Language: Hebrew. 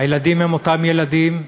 הילדים הם אותם ילדים,